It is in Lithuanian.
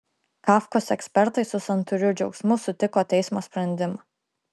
kafkos ekspertai su santūriu džiaugsmu sutiko teismo sprendimą